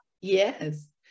yes